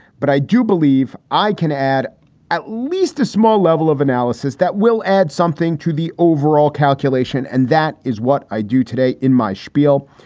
but i do believe i can add at least a small level of analysis that will add something to the overall calculation. and that is what i do today in my spiel,